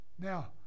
Now